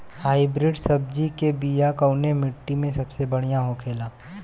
Hybrid सब्जी के बिया कवने मिट्टी में सबसे बढ़ियां होखे ला?